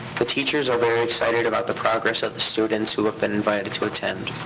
the teachers are very excited about the progress of the students who have been invited to attend.